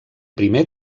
primer